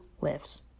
Lives